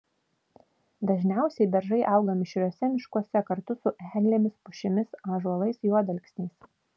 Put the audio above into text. dažniausiai beržai auga mišriuose miškuose kartu su eglėmis pušimis ąžuolais juodalksniais